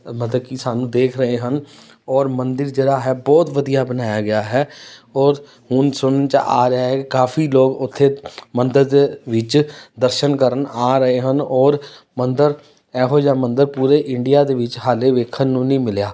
ਮਤਲਬ ਕਿ ਸਾਨੂੰ ਦੇਖ ਰਹੇ ਹਨ ਔਰ ਮੰਦਰ ਜਿਹੜਾ ਹੈ ਬਹੁਤ ਵਧੀਆ ਬਣਾਇਆ ਗਿਆ ਹੈ ਔਰ ਹੁਣ ਸੁਣਨ 'ਚ ਆ ਰਿਹਾ ਹੈ ਕਾਫ਼ੀ ਲੋਕ ਉੱਥੇ ਮੰਦਰ ਦੇ ਵਿੱਚ ਦਰਸ਼ਨ ਕਰਨ ਆ ਰਹੇ ਹਨ ਔਰ ਮੰਦਰ ਇਹੋ ਜਿਹਾ ਮੰਦਰ ਪੂਰੇ ਇੰਡੀਆ ਦੇ ਵਿੱਚ ਹਾਲੇ ਦੇਖਣ ਨੂੰ ਨਹੀਂ ਮਿਲਿਆ